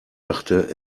dachte